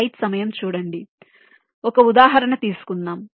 కాబట్టి ఒక ఉదాహరణ తీసుకుందాం